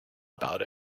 about